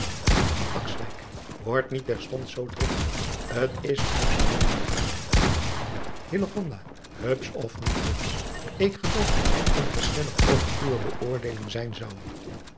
ord niet terstond zoo driftig t s een hupsche jongen niet waar upsch of niet hupsch ik geloof dat hij onverschillig over uwe beoordeeling zijn zou